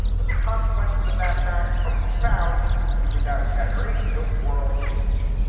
but the consequences of that fact are profound and without exaggeration, their world changing.